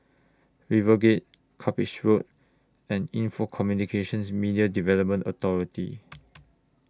RiverGate Cuppage Road and Info Communications Media Development Authority